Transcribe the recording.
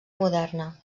moderna